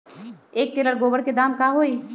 एक टेलर गोबर के दाम का होई?